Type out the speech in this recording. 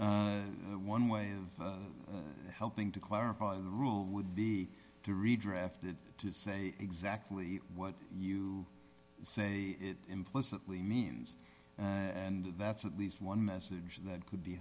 one way of helping to clarify the rule would be to redraft it to say exactly what you say it implicitly means and that's at least one message that could be